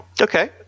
Okay